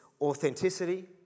authenticity